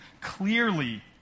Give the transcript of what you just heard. clearly